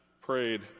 prayed